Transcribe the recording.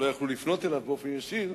הם לא יכלו לפנות אליו באופן ישיר,